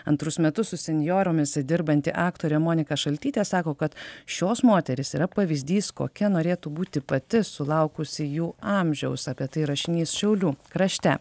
antrus metus su senjoromis dirbanti aktorė monika šaltytė sako kad šios moterys yra pavyzdys kokia norėtų būti pati sulaukusi jų amžiaus apie tai rašinys šiaulių krašte